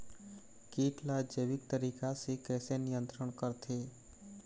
कीट ला जैविक तरीका से कैसे नियंत्रण करथे?